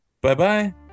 Bye-bye